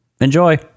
enjoy